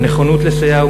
הנכונות לסייע,